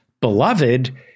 beloved